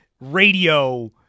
radio